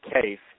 case